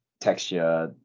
texture